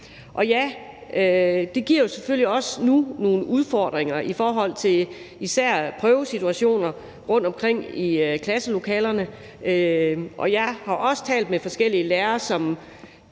område. Det giver selvfølgelig også nogle udfordringer nu, især i forhold til prøvesituationer rundtomkring i klasselokalerne, og jeg har også talt med forskellige lærere,